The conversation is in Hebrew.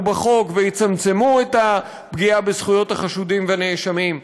בחוק ויצמצמו את הפגיעה בזכויות החשודים והנאשמים,